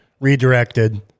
redirected